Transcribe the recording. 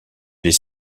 les